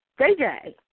JJ